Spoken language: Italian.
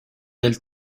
del